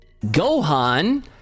gohan